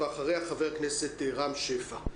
ואחריה חבר הכנסת רם שפע.